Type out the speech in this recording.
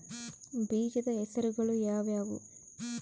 ಬೇಜದ ಹೆಸರುಗಳು ಯಾವ್ಯಾವು?